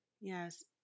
Yes